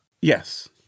Yes